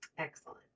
excellent